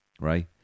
right